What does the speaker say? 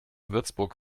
würzburg